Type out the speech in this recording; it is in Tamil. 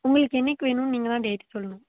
உங்களுக்கு என்றைக்கி வேணும்னு நீங்கள்தான் டேட் சொல்லணும்